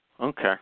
Okay